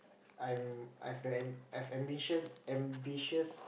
I'm I've the I've ambition ambitious